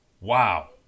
Wow